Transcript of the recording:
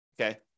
okay